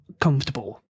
comfortable